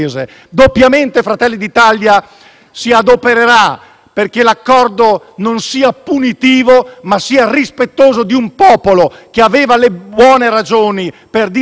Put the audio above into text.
si adopererà perché l'accordo non sia punitivo, ma sia rispettoso di un popolo, che aveva buone ragioni per dire no a questa Europa.